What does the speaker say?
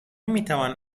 میتوان